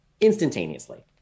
instantaneously